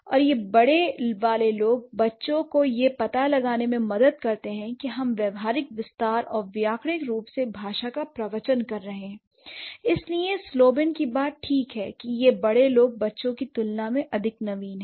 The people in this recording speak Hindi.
और ये बड़े वाले लोग बच्चों को यह पता लगाने में मदद करते हैं कि हम व्यावहारिक विस्तार और व्याकरणिक रूप से भाषा का प्रवचन कर रहे हैं इसीलिए स्लोबिन की बात ठीक है कि यह यह बड़े लोग बच्चों की तुलना में अधिक नवीन हैं